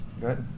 Good